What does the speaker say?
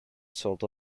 sold